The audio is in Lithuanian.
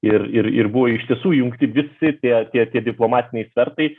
ir ir ir buvo iš tiesų įjungti visi tie tie tie diplomatiniai svertai